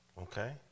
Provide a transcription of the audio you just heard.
Okay